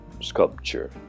sculpture